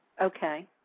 Okay